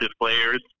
players